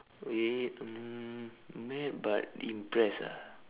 wait um mad but impressed ah